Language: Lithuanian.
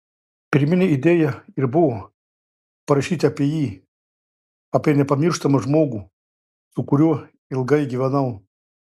pirminė idėja ir buvo parašyti apie jį apie nepamirštamą žmogų su kuriuo ilgai gyvenau